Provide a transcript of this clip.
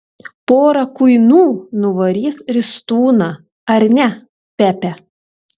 pora kuinų nuvarys ristūną ar ne pepe